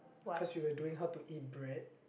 cause we were doing how to eat bread